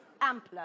ampler